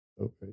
Okay